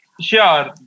sure